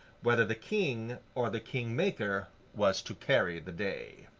whether the king or the king-maker was to carry the day.